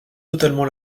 totalement